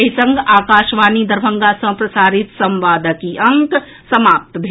एहि संग आकाशवाणी दरभंगा सँ प्रसारित संवादक ई अंक समाप्त भेल